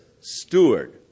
steward